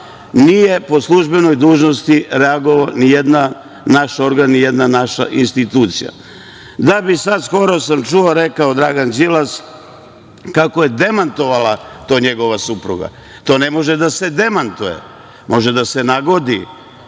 nije po službenoj dužnosti reagovao ni jedan naš organ, ni jedna naša institucija. Da bi sad, skoro sam čuo, rekao Dragan Đilas kako je demantovala to njegova supruga. To ne može da se demantuje, može da se nagodi,